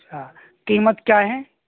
اچّھا قیمت کیا ہیں